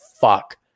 fuck